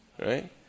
Right